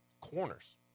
corners